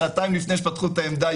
שעתיים לפני שפתחו את העמדה,